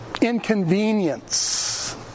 inconvenience